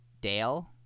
Dale